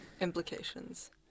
Implications